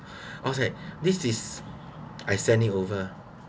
I was like this is I send it over